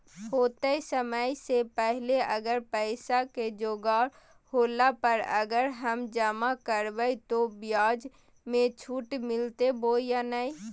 होतय समय से पहले अगर पैसा के जोगाड़ होला पर, अगर हम जमा करबय तो, ब्याज मे छुट मिलते बोया नय?